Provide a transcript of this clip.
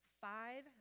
five